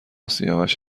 سیاوش